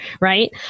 Right